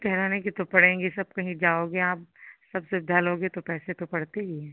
नहीं ठहराने की तो पड़ेगी सब कहीं जाओगे आप सब सुविधा लोगे तो पैसे तो पड़ते ही हैं